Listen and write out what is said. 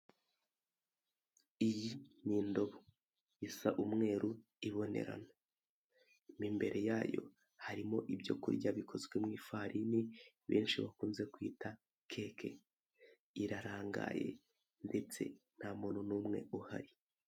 Iyi ni indobo isa umweru ibonerana mo imere yayo harimo ibyo kirya bikoze mu ifarine benshi bakunze kwita keke, irarangaye ndetse nta muntu n'umwe uhari.